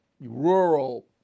rural